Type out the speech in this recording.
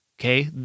Okay